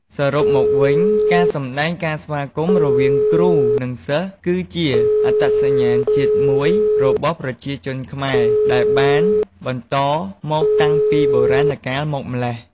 សរុបមកវិញ ការសម្ដែងការស្វាគមន៌រវាងគ្រូ និងសិស្សគឺជាអត្តសញ្ញាណជាតិមួយរបស់ប្រជាជនខ្មែរដែលបានបន្តមកតាំងពីបុរាណកាលមកម្ល៉េះ។